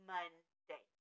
Monday